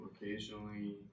occasionally